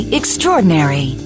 extraordinary